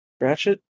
Ratchet